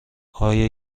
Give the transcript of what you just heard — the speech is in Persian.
آیا